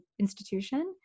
institution